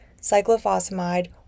cyclophosphamide